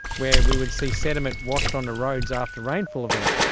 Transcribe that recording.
where we would see sediment washed onto roads after rainfall events.